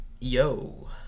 yo